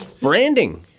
Branding